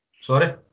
Sorry